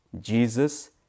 Jesus